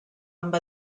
amb